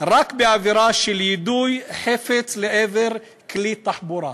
רק בעבירה של "יידוי חפץ לעבר כלי תחבורה".